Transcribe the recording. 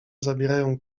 zabierają